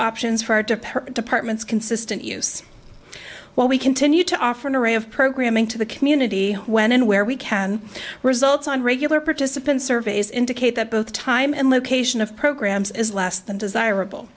options for our department departments consistent use while we continue to offer an array of programming to the community when and where we can results on regular participant surveys indicate that both time and location of programs is less than desirable